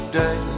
day